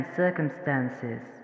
circumstances